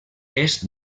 est